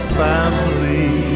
family